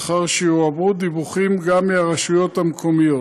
לאחר שיועברו דיווחים מהרשויות המקומיות.